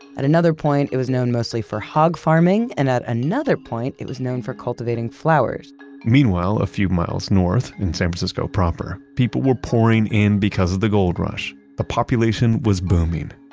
at another point, it was known mostly for hog farming, and at another point, it was known for cultivating flowers meanwhile, a few miles north in san francisco proper, people were pouring in because of the gold rush. the population was booming,